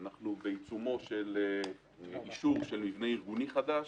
אנחנו בעיצומו של אישור מבנה ארגוני חדש,